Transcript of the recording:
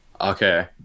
Okay